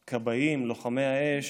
הכבאים, לוחמי האש,